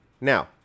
Now